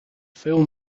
film